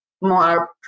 more